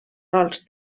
rols